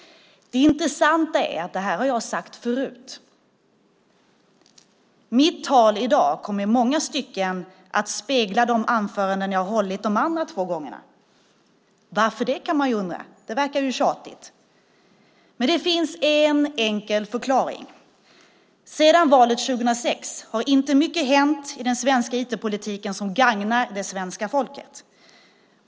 Det intressanta är att det här har jag sagt förut. Mitt tal i dag kommer i många stycken att spegla de anföranden jag har hållit de andra två gångerna. Varför det, kan man undra? Det verkar ju tjatigt. Men det finns en enkel förklaring. Sedan valet 2006 har inte mycket hänt i den svenska IT-politiken som gagnar det svenska folket.